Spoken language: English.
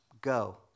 go